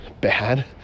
bad